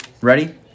Ready